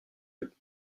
peu